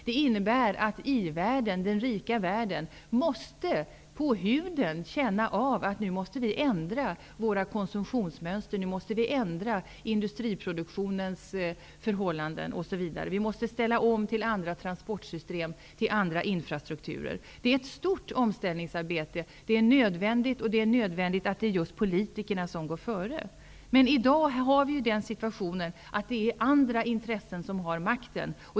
Det innebär att i-världen, den rika världen, på huden måste känna av att de måste ändra sina konsumtionsmönster, industriproduktionens förhållanden osv. Vi måste ställa om till andra transportsystem och till andra infrastrukturer. Det är ett stort omställningsarbete, men det är nödvändigt. Det är också nödvändigt att det just är politikerna som går före. I dag har vi den situationen att det är andra intressen som har makten.